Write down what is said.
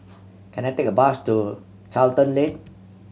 can I take a bus to Charlton Lane